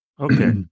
Okay